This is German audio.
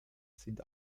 sind